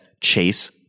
Chase